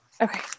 Okay